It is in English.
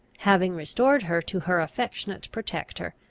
having restored her to her affectionate protector,